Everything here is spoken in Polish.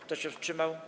Kto się wstrzymał?